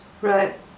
Right